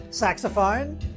Saxophone